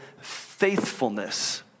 faithfulness